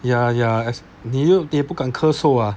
ya ya as 你又你也不敢咳嗽啊